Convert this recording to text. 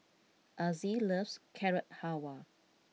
Azzie loves Carrot Halwa